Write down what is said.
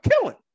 killing